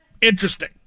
Interesting